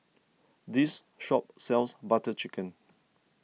this shop sells Butter Chicken